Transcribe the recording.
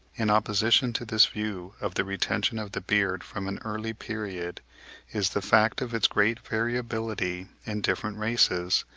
in opposition to this view of the retention of the beard from an early period is the fact of its great variability in different races,